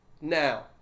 now